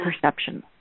perception